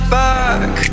back